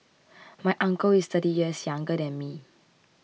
my uncle is thirty years younger than me